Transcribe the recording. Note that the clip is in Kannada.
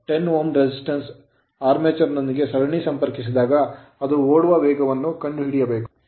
10 Ω resistance ಪ್ರತಿರೋಧವನ್ನು armature ಆರ್ಮೇಚರ್ ನೊಂದಿಗೆ ಸರಣಿಯಲ್ಲಿ ಸಂಪರ್ಕಿಸಿದಾಗ ಅದು ಓಡುವ ವೇಗವನ್ನು ನಾವು ಕಂಡುಹಿಡಿಯಬೇಕು